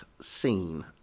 scene